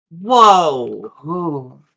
Whoa